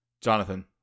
Jonathan